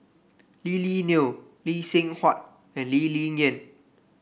Lily Neo Lee Seng Huat and Lee Ling Yen